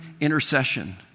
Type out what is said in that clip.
intercession